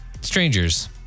Strangers